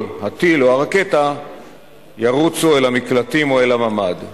הטיל או הרקטה ירוצו למקלטים או לממ"ד.